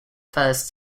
first